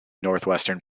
northwestern